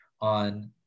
on